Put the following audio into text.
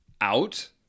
out